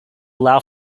allow